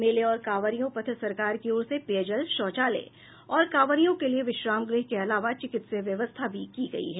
मेले और कांवरियों पथ सरकार की ओर से पेयजल शौचालय और कांवरियों के लिए विश्राम गृह के अलावा चिकित्सीय व्यवस्था भी की गयी है